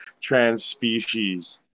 trans-species